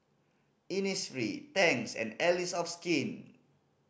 Innisfree Tangs and Allies of Skin